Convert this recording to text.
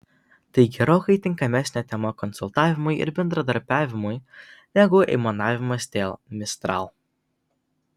tai gerokai tinkamesnė tema konsultavimui ir bendradarbiavimui negu aimanavimas dėl mistral